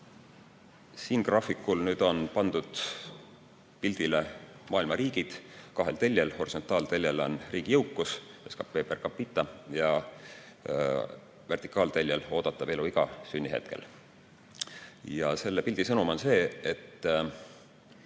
Siin graafikul on pandud pildile maailma riigid kahel teljel: horisontaalteljel on riigi jõukus (SKTper capita) ja vertikaalteljel oodatav eluiga sünnihetkel. Selle pildi sõnum on see, et